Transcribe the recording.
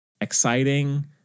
exciting